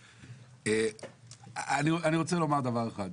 אני רוצה לומר דבר אחד.